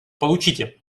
получите